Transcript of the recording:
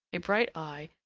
a bright eye,